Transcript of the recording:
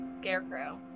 scarecrow